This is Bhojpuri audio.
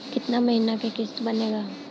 कितना महीना के किस्त बनेगा?